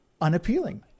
unappealing